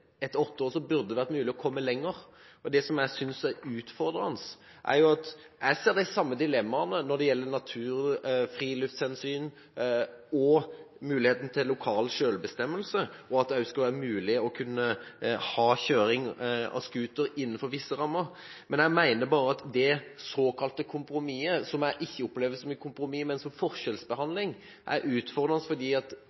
åtte år burde det vært mulig å komme lenger. Det jeg synes er utfordrende, er at jeg ser de samme dilemmaene når det gjelder natur, friluftshensyn og muligheten for lokal selvbestemmelse, og at det også skal være mulig å kunne ha snøscooterkjøring innenfor visse rammer. Jeg mener bare at det såkalte kompromisset, som jeg ikke opplever som et kompromiss, men som